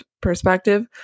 perspective